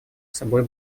собой